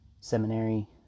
seminary